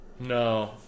No